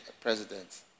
president